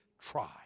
try